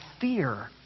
fear